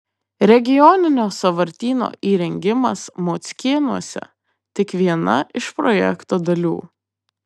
regioninio sąvartyno įrengimas mockėnuose tik viena iš projekto dalių